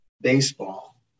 baseball